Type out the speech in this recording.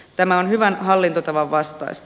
tämä on hyvän hallintotavan vastaista